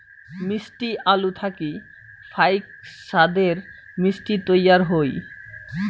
মিষ্টি আলু থাকি ফাইক সাদের মিষ্টি তৈয়ার হই